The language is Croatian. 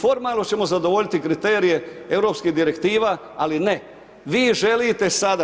Formalno ćemo zadovoljiti kriterije europskih direktiva, ali ne, vi želite sada.